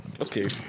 Okay